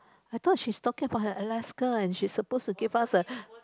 I thought she's talking about her Alaska and she's supposed to give us a